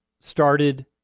started